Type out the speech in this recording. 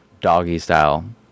doggy-style